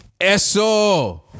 Eso